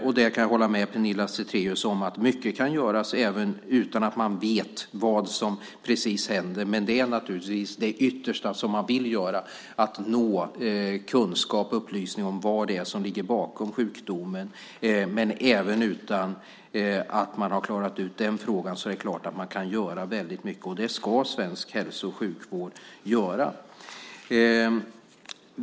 Jag kan hålla med Pernilla Zethraeus om att mycket kan göras även utan att man vet precis vad som händer. Men det man ytterst vill är naturligtvis att nå kunskap om vad som ligger bakom sjukdomen. Även utan att man har klarat ut den frågan kan man naturligtvis göra väldigt mycket, och det ska svensk hälso och sjukvård göra.